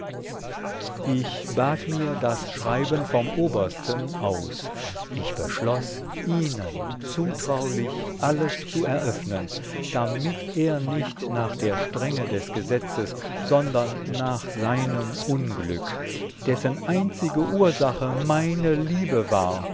ich bat mir das schreiben vom obersten aus ich beschloß ihnen zutraulich alles zu eröffnen damit er nicht nach der strenge des gesetzes sondern nach seinem unglück dessen einzige ursache meine liebe war